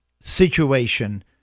situation